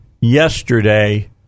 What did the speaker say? yesterday